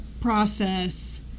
process